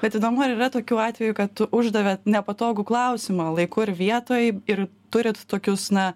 bet įdomu ar yra tokių atvejų kad uždavėt nepatogų klausimą laiku ir vietoj ir turit tokius na